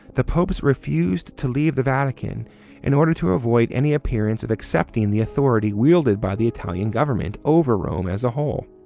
the popes refused to leave the vatican in order to avoid any appearance of accepting the authority wielded by the italian government over rome as a whole.